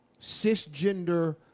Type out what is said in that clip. cisgender